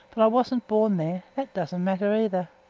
but i wasn't born there that doesn't matter either.